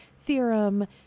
theorem